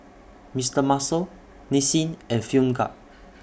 Mister Muscle Nissin and Film Grade